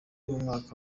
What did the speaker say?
mwaka